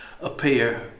appear